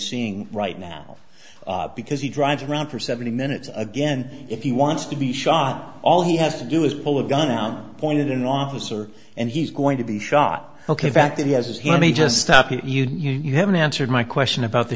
seeing right now because he drives around for seventy minutes again if he wants to be shot all he has to do is pull a gun out pointed an officer and he's going to be shot ok back to the as he let me just stop you you haven't answered my question about the